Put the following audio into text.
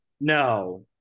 No